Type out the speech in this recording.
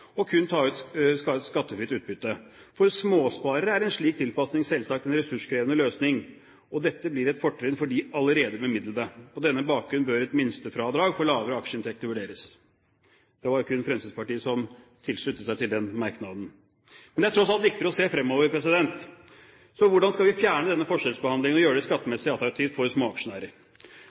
og kun ta ut skattefritt utbytte. For småsparere er en slik tilpasning selvsagt en ressurskrevende løsning, og dette blir et fortrinn for de allerede bemidlede. På denne bakgrunn bør et minstefradrag for lavere aksjeinntekter vurderes.» Det var kun Fremskrittspartiet som sluttet seg til den merknaden. Men det er tross alt viktigere å se fremover. Så hvordan skal vi fjerne denne forskjellsbehandlingen og gjøre det like skattemessig attraktivt for småaksjonærer?